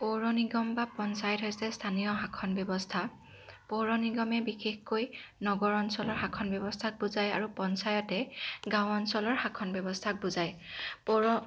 পৌৰ নিগম বা পঞ্চায়ত হৈছে স্থানীয় শাসন ব্যৱস্থা পৌৰ নিগমে বিশেষকৈ নগৰ অঞ্চলৰ শাসন ব্যৱস্থাক বুজায় আৰু পঞ্চায়তে গাঁও অঞ্চলৰ শাসন ব্যৱস্থাক বুজায় পৌৰ